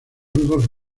rudolf